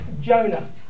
Jonah